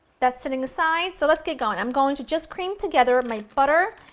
that's sitting aside, so let's get going, i'm going to just cream together my butter,